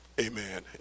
Amen